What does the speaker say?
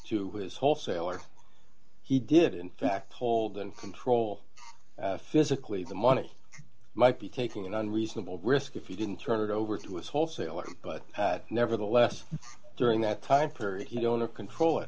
to his wholesaler he did in fact hold and control physically the money might be taking an unreasonable risk if he didn't turn it over to his wholesaler but nevertheless during that time period he owner control